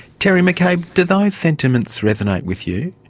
terry mccabe, do those sentiments resonate with you?